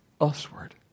usward